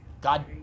God